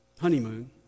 honeymoon